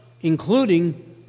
including